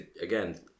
again